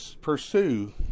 pursue